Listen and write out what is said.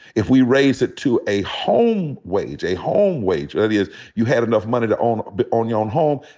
if we raised it to a home wage, a home wage, that is you had enough money to own but own your own home,